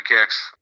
kicks